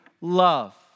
love